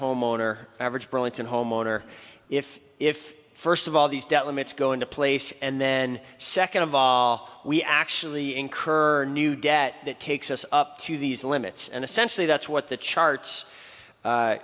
homeowner average burlington homeowner if if first of all these debt limits go into place and then second of aha we actually incur new debt that takes us up to these limits and essentially that's what the charts